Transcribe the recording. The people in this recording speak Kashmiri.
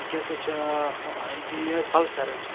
یہِ کیٛاہ سا چھِ ہی پَلسَر حظ